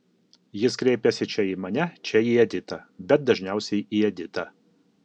jis kreipiasi čia į mane čia į editą bet dažniausiai į editą